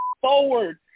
forward